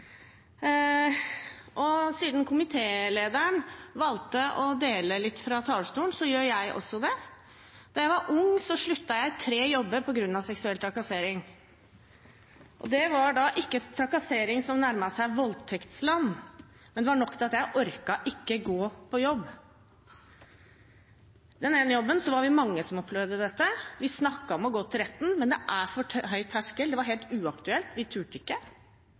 trist. Siden komitélederen valgte å dele litt fra talerstolen, gjør jeg også det. Da jeg var ung, sluttet jeg i tre jobber på grunn av seksuell trakassering. Det var ikke trakassering som nærmet seg voldtektsland, men det var nok til at jeg ikke orket å gå på jobb. I den ene jobben var vi mange som opplevde dette. Vi snakket om å gå til retten, men det er for høy terskel. Det var helt uaktuelt. Vi turte ikke.